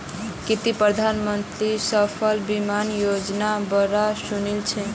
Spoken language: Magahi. की ती प्रधानमंत्री फसल बीमा योजनार बा र सुनील छि